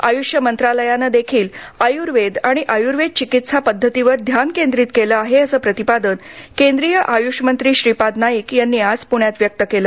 आयुष मंत्रालयाने देखील आयुर्वेद आणि आयुर्वेद चिकित्सा पद्धतीवर ध्यान केंद्रीत केलं आहे असं प्रतिपादन केंद्रीय आयुषमंत्री श्रीपाद नाईक यांनी आज पुण्यात व्यक्त केलं